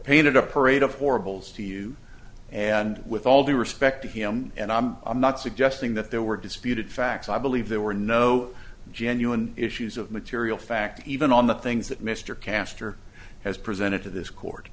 painted a parade of horribles to you and with all due respect to him and i'm i'm not suggesting that there were disputed facts i believe there were no genuine issues of material fact even on the things that mr caster has presented to this court